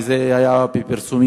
וזה היה בפרסומים,